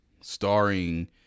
starring